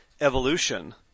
evolution